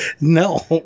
No